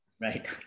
Right